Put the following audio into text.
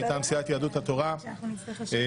מטעם סיעת יהדות התורה אנחנו עוברים